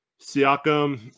siakam